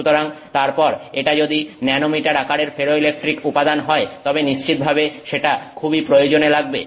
সুতরাং তারপর এটা যদি ন্যানোমিটার আকারের ফেরোইলেকট্রিক উপাদান হয় তবে নিশ্চিতভাবে সেটা খুবই প্রয়োজনে লাগবে